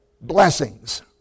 blessings